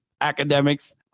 academics